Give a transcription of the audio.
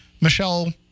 Michelle